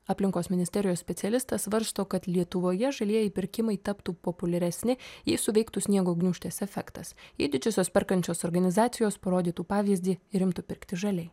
aplinkos ministerijos specialistas svarsto kad lietuvoje žalieji pirkimai taptų populiaresni jei suveiktų sniego gniūžtės efektas jei didžiosios perkančiosios organizacijos parodytų pavyzdį ir imtų pirkti žaliai